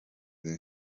این